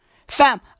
Fam